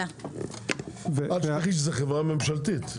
אל תשכחי שזו חברה ממשלתית.